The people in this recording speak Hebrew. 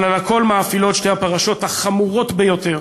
אבל על הכול מאפילות שתי הפרשות החמורות ביותר: